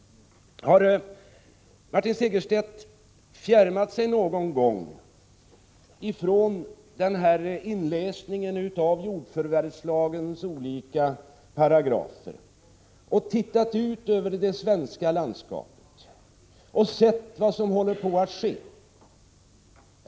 Har Martin Segerstedt någon gång fjärmat sig ifrån inläsningen av jordförvärvslagens olika paragrafer och tittat ut över det svenska landskapet och sett vad som håller på att ske?